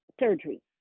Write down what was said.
surgery